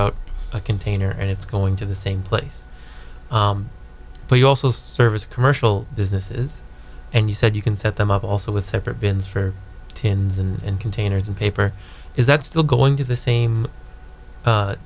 out a container and it's going to the same place but you also service commercial businesses and you said you can set them up also with separate bins for tins and containers of paper is that still going to the same